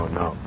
no